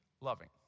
loving